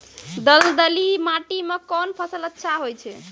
दलदली माटी म कोन फसल अच्छा होय छै?